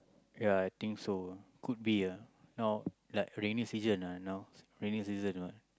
ya I think so could be ah now like rainy season ah now raining season [what]